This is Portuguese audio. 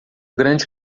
grande